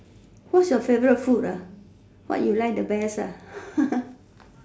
what's your favorite food what you like the best